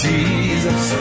Jesus